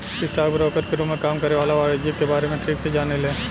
stock broker के रूप में काम करे वाला वाणिज्यिक के बारे में ठीक से जाने ले